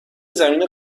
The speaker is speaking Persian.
زمینه